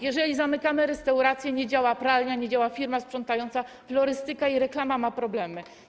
Jeżeli zamykamy restauracje, nie działa pralnia, nie działa firma sprzątająca, florystyka i reklama ma problemy.